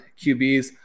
QBs